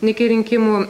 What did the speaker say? iki rinkimų